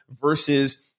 versus